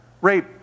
Rape